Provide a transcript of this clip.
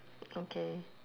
okay